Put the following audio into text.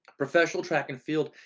professional track and field.